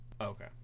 Okay